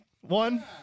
one